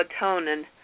melatonin